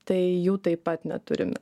tai jų taip pat neturime